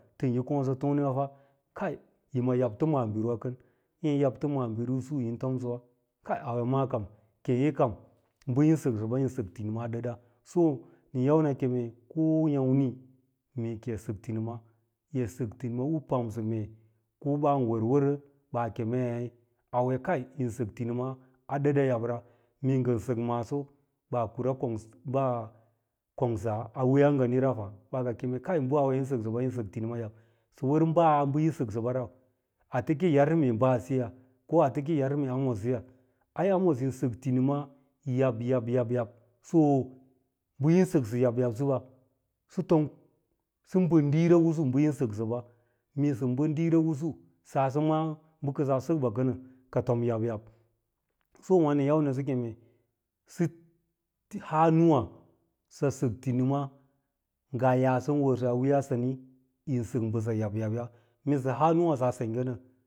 Tɚng yi konsɚ tone wa fa kai yi ma yabto maabiri wa kɚn êê yabto maabiri isi yin tomsɚwa, kai auya maa kam bɚ yiu sɚksɚɓa vin sɚk tinima a dad, so nɚn yau nɚ keme ko yàmai mee ki yi sɚk tinima yi sɚk tinima u pamsɚ mee ko ban wɚrwɚrɚ baa kemei auya kai yin sɚk tinima a ɗɚda yabra, mee ngɚn sɚk maaso ɓaa kura kongsa baa, kongsa a wiiyaa ngani raba, baa ka keme bɚ auya yin sɚksɚ ba, yin sɚk tinima yab, sɚ baa bɚ yin sɚksɚba rau ate ke yar mee baa ciya ko ate ke yarsɚ mee amossiya, ai amos yin sɚk tinima yab yab yab so bɚ yin sɚksɚ yab yab sɚɓa sɚ tom, sɚ bɚɗ diira lusu bɚ yin sɚksɚ ɓa mee sɚn bɚd diira usu saase ma bɚ kɚsaa sɚk ɓa kɚnɚ ka tom yab yab so wà nɚn nɚsɚ keme sɚ haa nûwà sɚ sɚk tinima ngaa sɚn wɚrsaa wiiyaa sanii yin sɚk mbɚsa yab yabya mee sɚ haa nûwà saa sengge nɚ